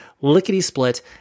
lickety-split